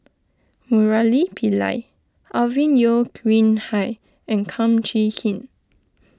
Murali Pillai Alvin Yeo Khirn Hai and Kum Chee Kin